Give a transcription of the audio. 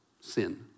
sin